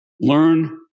Learn